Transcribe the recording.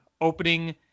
opening